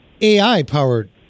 AI-powered